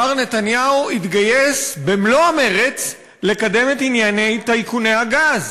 מר נתניהו התגייס במלוא המרץ לקדם את ענייני טייקוני הגז.